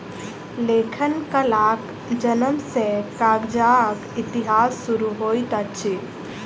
लेखन कलाक जनम सॅ कागजक इतिहास शुरू होइत अछि